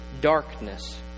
darkness